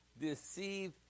deceive